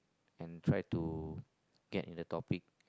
and try to get in the topic